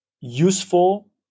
useful